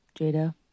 jada